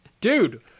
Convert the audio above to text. dude